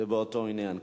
ובאותו עניין.